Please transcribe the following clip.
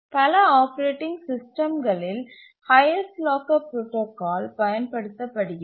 பல ஆப்பரேட்டிங் சிஸ்டம்களில் highest locker protocol பயன்படுத்தப்படுகிறது